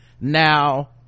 now